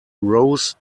rose